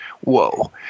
Whoa